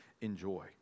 enjoy